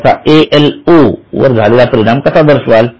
याचा ALO वर झालेला परिणाम कसा दर्शवाल